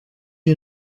you